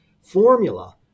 formula